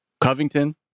Covington